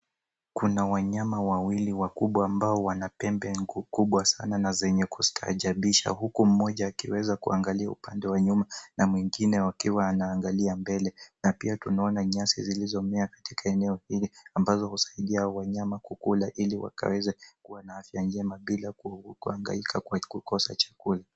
Kuna wanyama wawili wakubwa ambao wana pembe kubwa sana na zenye kustaajabisha huku mmoja akiweza kuangalia upande wa nyuma na mwengine akiwa anaangalia mbele. Na pia tunaona nyasi zilizomea katika eneo hili ambazo husaidia wanyama kukula ili wakaweze kuwa na afya njema bila kuhangaike kwa kukosa chakula.